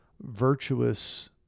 virtuous